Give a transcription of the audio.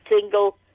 single